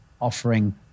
offering